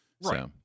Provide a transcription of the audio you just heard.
right